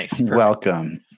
Welcome